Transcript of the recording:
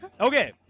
Okay